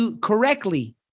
correctly